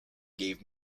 gave